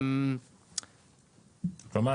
כלומר,